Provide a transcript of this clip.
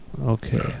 Okay